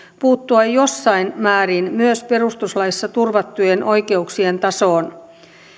puuttua jossain määrin myös perustuslaissa turvattujen oikeuksien tasoon